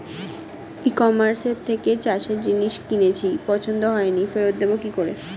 ই কমার্সের থেকে চাষের জিনিস কিনেছি পছন্দ হয়নি ফেরত দেব কী করে?